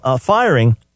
firing